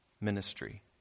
ministry